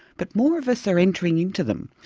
but more of us are entering into them.